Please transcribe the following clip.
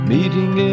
Meeting